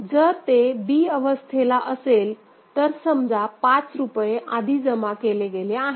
जर ते b अवस्थेला असेल तर समजा 5 रुपये आधी जमा केले गेले आहेत